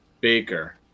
Baker